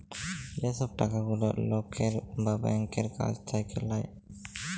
যে সব টাকা গুলা লকের বা ব্যাংকের কাছ থাক্যে লায়